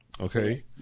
Okay